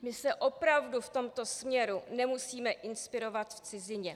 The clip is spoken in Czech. My se opravdu v tomto směru nemusíme inspirovat v cizině.